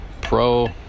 pro